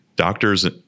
Doctors